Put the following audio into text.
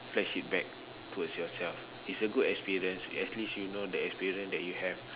flash it back towards yourself it's a good experience at least you know the experience that you have